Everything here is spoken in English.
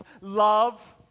love